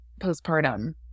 postpartum